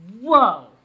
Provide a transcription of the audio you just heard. Whoa